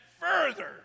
further